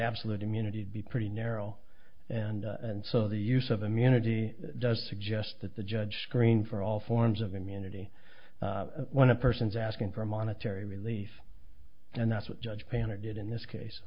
absolute immunity to be pretty narrow and and so the use of immunity does suggest that the judge screen for all forms of immunity when a person's asking for monetary relief and that's what judge panel did in this case